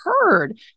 heard